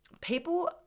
people